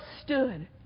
stood